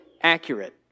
accurate